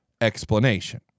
explanation